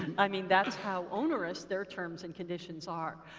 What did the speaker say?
i mean, that's how onerous their terms and conditions are.